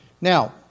Now